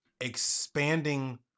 expanding